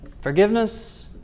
Forgiveness